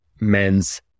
men's